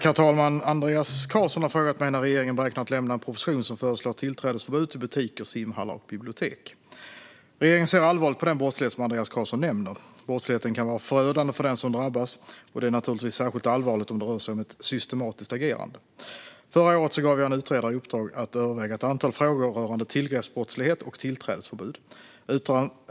Herr talman! Andreas Carlson har frågat mig när regeringen beräknar att lämna en proposition som föreslår tillträdesförbud till butiker, simhallar och bibliotek. Svar på interpellationer Regeringen ser allvarligt på den brottslighet som Andreas Carlson nämner. Brottsligheten kan vara förödande för den som drabbas, och det är naturligtvis särskilt allvarligt om det rör sig om ett systematiskt agerande. Förra året gav jag en utredare i uppdrag att överväga ett antal frågor rörande tillgreppsbrottslighet och tillträdesförbud.